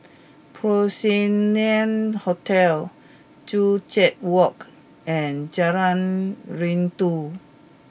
Porcelain Hotel Joo Chiat Walk and Jalan Rindu